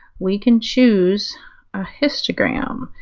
we can choose a histogram.